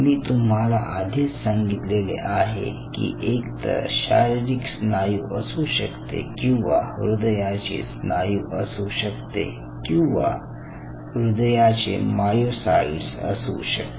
मी तुम्हाला आधीच सांगितले आहे की एक तर शारीरिक स्नायू असू शकते किंवा हृदयाचे स्नायू असू शकते किंवा हृदयांचे मायोसाइट्स असू शकते